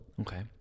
Okay